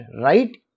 right